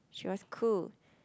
she was cool